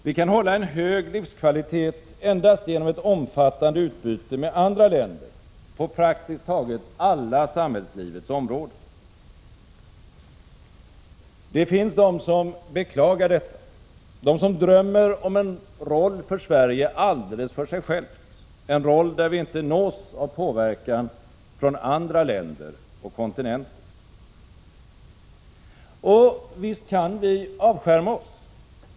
Vi kan hålla en hög livskvalitet endast genom ett omfattande utbyte med andra länder på praktiskt taget alla samhällslivets områden. Det finns de som beklagar detta, de som drömmer om en roll för Sverige alldeles för sig självt, en roll där vi inte nås av påverkan från andra länder och kontinenter. Visst kan vi avskärma oss.